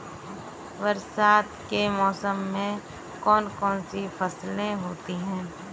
बरसात के मौसम में कौन कौन सी फसलें होती हैं?